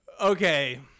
Okay